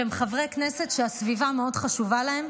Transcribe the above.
שהם חברי כנסת שהסביבה מאוד חשובה להם,